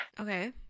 Okay